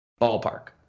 ballpark